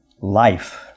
life